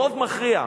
רוב מכריע.